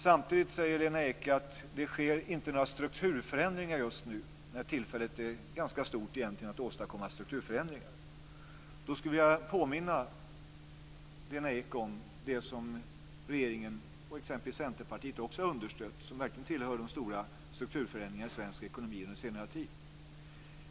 Samtidigt säger Lena Ek att det inte sker några strukturförändringar just nu, när tillfället är ganska gynnsamt för att åstadkomma strukturförändringar. Jag skulle vilja påminna Lena Ek om det som regeringen och även Centerpartiet har understött, som verkligen tillhör de stora strukturförändringarna i svensk ekonomi under senare tid.